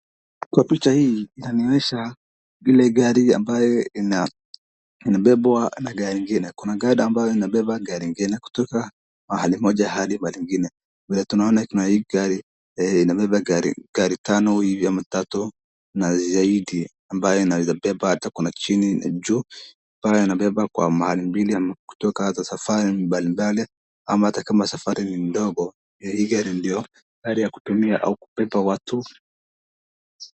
Kwa picha hii, inanionyesha vile gari ambayo inabebwa na gari ingine, kuna gari ambayo inabeba gari ingine kutoka mahali moja hadi mahali ingine, vile tunaona kuna hii gari inabeba gari tano hivi ama tatu na zaidi, ambayo inawezebeba hata kuna chini na juu, mara inabeba kwa mahali mbili ama kutoka hata safari mbalimbali, ama hata kama safari ni ndogo, hii gari ndo gari ya kutumia au kubeba watu.